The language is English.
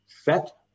set